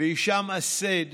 והישאם א-סייד